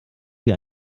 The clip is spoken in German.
wie